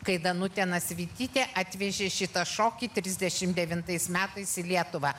kai danutė nasvytytė atvežė šitą šokį trisdešimt devintais metais į lietuvą